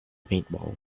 paintball